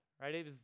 right